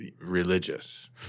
religious